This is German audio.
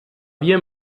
wir